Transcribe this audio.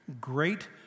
Great